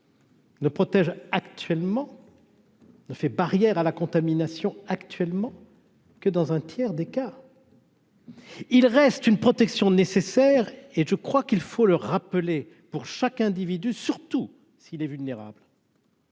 Ne protège actuellement ne fait barrière à la contamination actuellement que dans un tiers des cas. Il reste une protection nécessaire et je crois qu'il faut le rappeler pour chaque individu, surtout s'il est vulnérable.